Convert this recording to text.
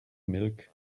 milk